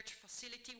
facility